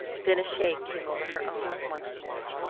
then a shade came over her own once more.